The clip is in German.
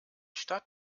stadt